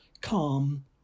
calm